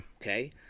Okay